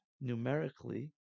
numerically